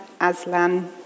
Aslan